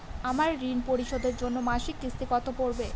আমার ঋণ পরিশোধের জন্য মাসিক কিস্তি কত পড়বে?